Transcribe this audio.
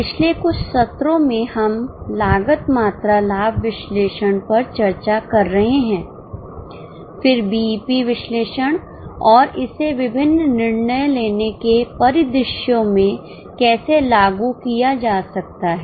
पिछले कुछ सत्रों में हम लागत मात्रा लाभ विश्लेषण पर चर्चा कर रहे हैं फिर बीईपी विश्लेषण और इसे विभिन्न निर्णय लेने के परिदृश्यों में कैसे लागू किया जा सकता है